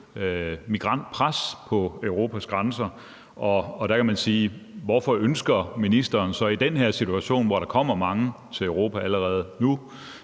migrantpres på Europas grænser, og der kan man spørge: Hvorfor ønsker ministeren så i den her situation, hvor der allerede nu kommer mange til Europa, at vi